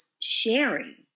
sharing